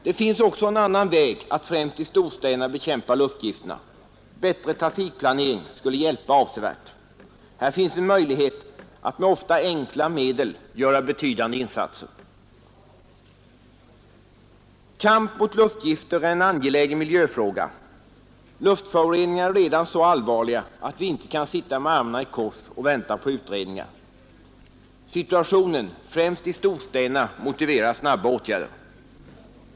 Det finns också en annan väg att främst i storstäderna bekämpa luftgifterna. Bättre trafikplanering skulle hjälpa avsevärt. Där finns en möjlighet att ofta med enkla medel göra betydande insatser. Kamp mot luftgifter är en angelägen miljöfråga. Luftföroreningarna är redan så allvarliga att vi inte kan sitta med armarna i kors och vänta på utredningar. Situationen — främst i storstäderna — motiverar snabba åtgärder.